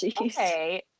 okay